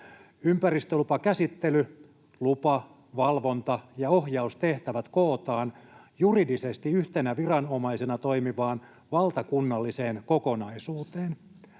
Ympäristölupakäsittely — lupa-, valvonta- ja ohjaustehtävät — kootaan juridisesti yhtenä viranomaisena toimivaan valtakunnalliseen kokonaisuuteen.